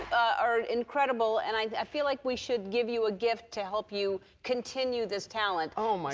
are incredible, and i feel like we should give you a gift to help you continue this talent. oh, my